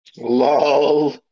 Lol